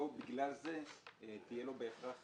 לא בגלל זה יהיה לו בהכרח